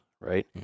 right